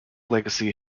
legacy